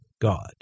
God